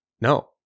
No